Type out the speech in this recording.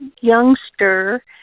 youngster